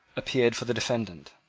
appeared for the defendant.